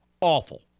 Awful